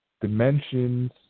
dimensions